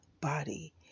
body